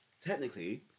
technically